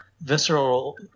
visceral